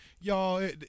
Y'all